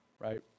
right